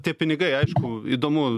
tie pinigai aišku įdomu